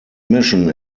mission